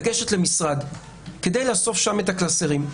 לגשת למשרד כדי לאסוף שם את הקלסרים,